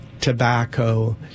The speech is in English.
tobacco